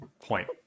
point